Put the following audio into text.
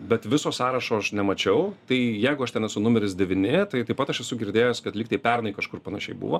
bet viso sąrašo aš nemačiau tai jeigu aš ten esu numeris devyni tai taip pat aš esu girdėjęs kad lyg tai pernai kažkur panašiai buvo